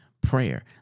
Prayer